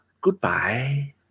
Goodbye